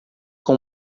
com